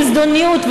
בזדוניות,